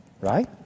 Right